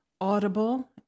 audible